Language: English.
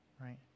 right